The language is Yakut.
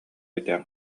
өйдөөн